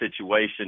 situation